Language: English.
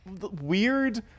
weird